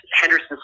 Henderson